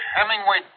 Hemingway